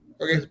Okay